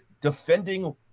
defending